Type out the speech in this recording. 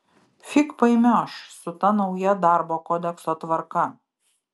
fig paimioš su ta nauja darbo kodekso tvarka